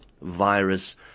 virus